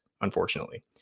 unfortunately